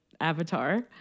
Avatar